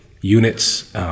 units